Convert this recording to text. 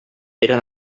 eren